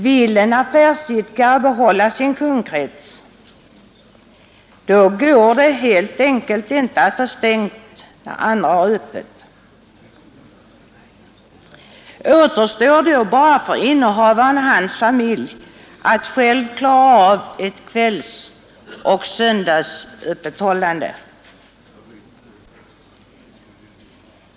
Vill en affärsidkare behålla sin kundkrets, går det helt enkelt inte att ha stängt när andra har öppet. Återstår då bara för innehavaren och hans familj att själva klara av ett kvällsoch söndagsöppethållande.